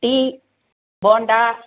tea bonda